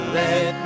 let